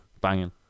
banging